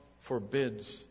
forbids